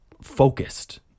focused